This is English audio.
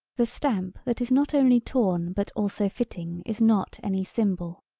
the stamp that is not only torn but also fitting is not any symbol.